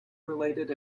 related